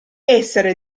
essere